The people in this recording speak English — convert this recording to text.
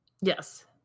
yes